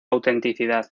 autenticidad